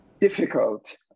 difficult